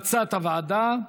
בהמלצת הוועדה.